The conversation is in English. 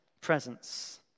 presence